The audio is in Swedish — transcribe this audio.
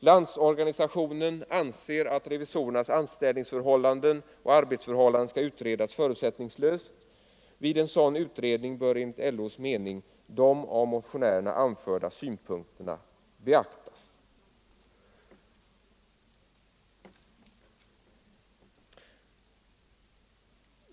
Landsorganisationen anser att revisorernas anställningsförhållanden och arbetsförhållanden skall utredas förutsättningslöst. Vid en sådan utredning bör enligt LO:s mening de av motionärerna anförda synpunkterna beaktas.